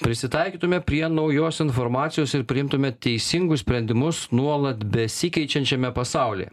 prisitaikytume prie naujos informacijos ir priimtume teisingus sprendimus nuolat besikeičiančiame pasaulyje